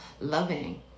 loving